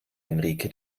henrike